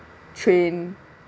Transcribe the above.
train